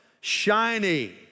shiny